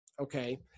okay